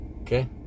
Okay